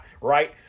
Right